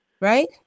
Right